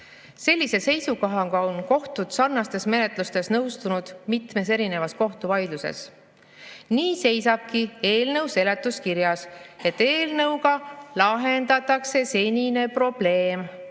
Sellise seisukohaga on kohtud sarnastes menetlustes nõustunud mitmes erinevas kohtuvaidluses. Nii seisabki eelnõu seletuskirjas, et eelnõuga lahendatakse senine probleem,